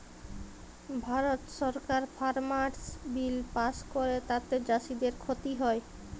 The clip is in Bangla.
ভারত সরকার ফার্মার্স বিল পাস্ ক্যরে তাতে চাষীদের খ্তি হ্যয়